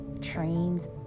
trains